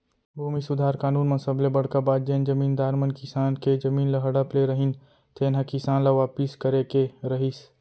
भूमि सुधार कानून म सबले बड़का बात जेन जमींदार मन किसान के जमीन ल हड़प ले रहिन तेन ह किसान ल वापिस करे के रहिस